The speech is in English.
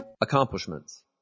accomplishments